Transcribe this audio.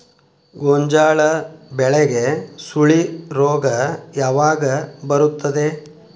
ಗೋಂಜಾಳ ಬೆಳೆಗೆ ಸುಳಿ ರೋಗ ಯಾವಾಗ ಬರುತ್ತದೆ?